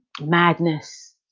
madness